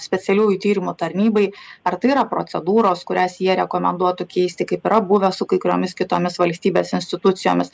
specialiųjų tyrimo tarnybai ar tai yra procedūros kurias jie rekomenduotų keisti kaip yra buvę su kai kuriomis kitomis valstybės institucijomis